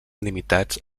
limitats